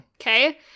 Okay